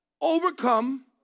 overcome